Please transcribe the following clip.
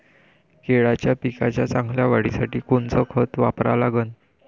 केळाच्या पिकाच्या चांगल्या वाढीसाठी कोनचं खत वापरा लागन?